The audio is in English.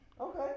Okay